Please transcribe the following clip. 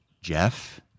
Jeff